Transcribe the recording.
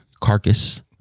carcass